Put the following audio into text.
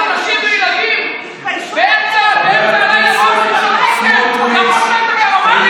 אני ביקשתי להוציא את אורית סטרוק מן המליאה.